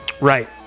Right